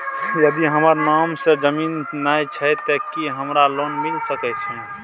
यदि हमर नाम से ज़मीन नय छै ते की हमरा लोन मिल सके छै?